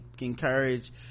encourage